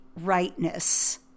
rightness